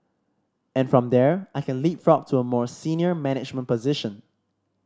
and from there I can leapfrog to a more senior management position